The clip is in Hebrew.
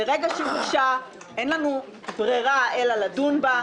מרגע שהוגשה, אין לנו ברירה אלא לדון בה.